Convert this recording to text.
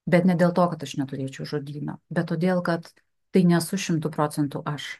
bet ne dėl to kad aš neturėčiau žodyno bet todėl kad tai nesu šimtu procentų aš